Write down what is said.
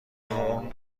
اون